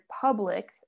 public